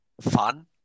fun